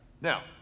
Now